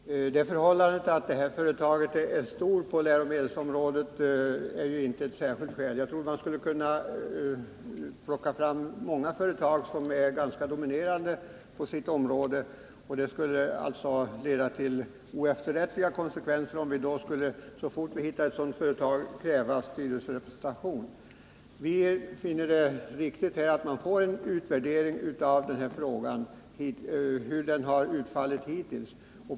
Herr talman! Det förhållandet att företaget är stort på läromedelsområdet är inget särskilt skäl. Man skulle kunna plocka fram många företag som är ganska dominerande på sina områden. Det skulle få oefterrättliga konsekvenser om vi, så fort vi hittar ett sådant företag, skulle kräva statlig styrelserepresentation. Vi finner det viktigt att försöksverksamheten med offentlig styrelserepresentation utvärderas.